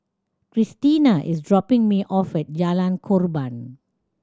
Christiana is dropping me off at Jalan Korban